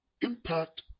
impact